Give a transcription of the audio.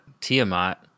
Tiamat